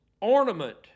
ornament